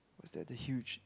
is that the huge